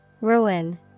Ruin